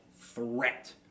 threat